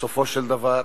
בסופו של דבר,